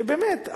באמת,